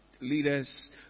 leaders